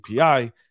api